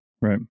right